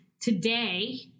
today